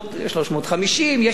יש חילוקי דעות על כמה כסף.